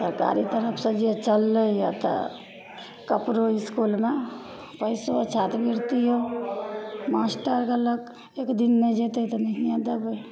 सरकारे तरफसे जे चललैए तऽ कपड़ो इसकुलमे पइसो छात्रवृतिओ मास्टर देलक एक दिन नहि जएतै तऽ नहिए देबै